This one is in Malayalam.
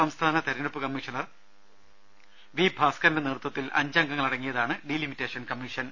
സംസ്ഥാന തെരഞ്ഞെടുപ്പ് കമ്മീ ഷണർ വി ഭാസ്കരന്റെ നേതൃത്വത്തിൽ അഞ്ചംഗങ്ങളടങ്ങിയതാണ് ഡീലി മിറ്റേഷൻ കമ്മീഷൻ